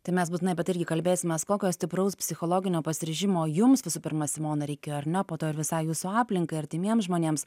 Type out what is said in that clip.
tai mes būtinai apie tai irgi kalbėsimės kokio stipraus psichologinio pasiryžimo jums visų pirma simona reikėjo ar ne po to ir visai jūsų aplinkai artimiem žmonėms